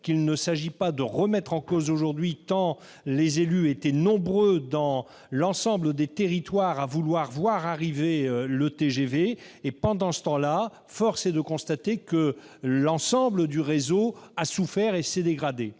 qu'il ne s'agit pas de remettre en cause aujourd'hui, tant les élus étaient nombreux dans l'ensemble des territoires à vouloir que ceux-ci soient desservis par le TGV. Force est de le constater, l'ensemble du réseau a souffert et s'est dégradé